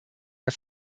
der